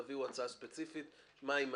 תביאו הצעה ספציפית מה הם מאפשרים.